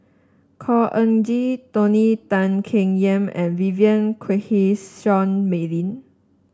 Khor Ean Ghee Tony Tan Keng Yam and Vivien Quahe Seah Mei Lin